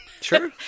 Sure